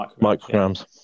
micrograms